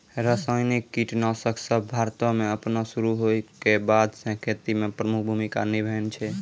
रसायनिक कीटनाशक सभ भारतो मे अपनो शुरू होय के बादे से खेती मे प्रमुख भूमिका निभैने छै